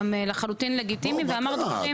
גם לחלוטין לגיטימי ואומר דברים שטוב לשמוע.